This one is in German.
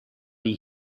die